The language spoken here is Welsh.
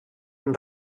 mawr